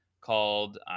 called